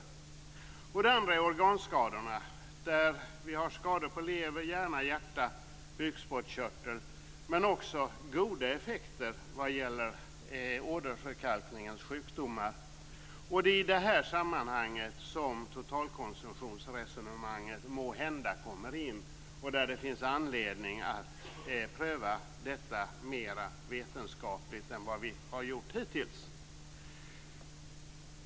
Det andra problemet gäller organskadorna där man kan nämna skador på lever, hjärna, hjärta och bukspottkörtel. Men alkohol har också goda effekter när det gäller åderförkalkningens sjukdomar. Det är i detta sammanhang som totalkonsumtionsresonemanget måhända kommer in och där det finns anledning att pröva detta mera vetenskapligt än vad vi har gjort hittills.